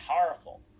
powerful